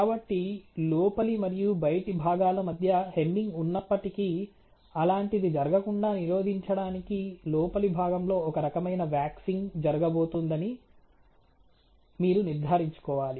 కాబట్టి లోపలి మరియు బయటి భాగాల మధ్య హెమ్మింగ్ ఉన్నప్పటికీ అలాంటిది జరగకుండా నిరోధించడానికి లోపలి భాగంలో ఒక రకమైన వాక్సింగ్ జరగబోతోందని మీరు నిర్ధారించుకోవాలి